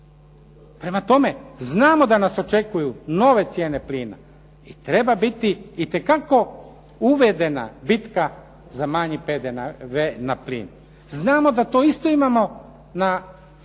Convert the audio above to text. Prema tome, znamo da nas očekuju nove cijene plina i treba biti itekako uvedena bitka za manji PDV na plin. Znamo da to isto imamo na